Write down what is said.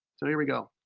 so here we go.